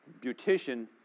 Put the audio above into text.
beautician